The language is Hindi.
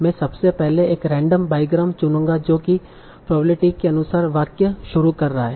मैं सबसे पहले एक रैंडम बाईग्राम चुनूंगा जो कि प्रोबेबिलिटी के अनुसार वाक्य शुरू कर रहा है